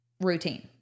routine